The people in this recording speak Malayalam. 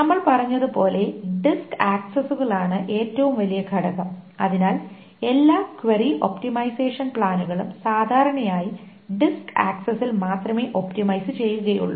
നമ്മൾ പറഞ്ഞതുപോലെ ഡിസ്ക് ആക്സസുകളാണ് ഏറ്റവും വലിയ ഘടകം അതിനാൽ എല്ലാ ക്വയറി ഒപ്റ്റിമൈസേഷൻ പ്ലാനുകളും സാധാരണയായി ഡിസ്ക് ആക്സസിൽ മാത്രമേ ഒപ്റ്റിമൈസ് ചെയ്യുകയുള്ളൂ